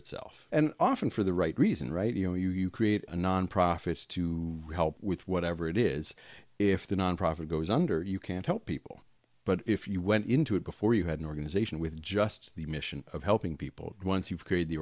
itself and often for the right reason right you know you create a nonprofit to help with whatever it is if the nonprofit goes under you can't help people but if you went into it before you had an organization with just the mission of helping people once you've created the